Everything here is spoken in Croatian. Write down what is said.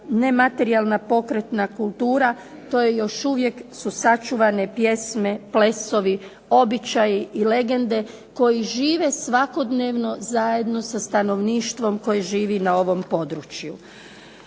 nematerijalna pokretna kultura to su još uvijek sačuvane pjesme, plesovi, običaji i legende koji žive svakodnevno zajedno sa stanovništvom koje živi na ovom području.